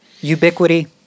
ubiquity